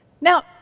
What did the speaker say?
Now